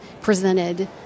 presented